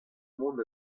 mont